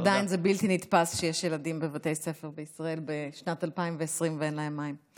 ועדיין זה בלתי נתפס שיש ילדים בבתי ספר בישראל בשנת 2020 שאין להם מים.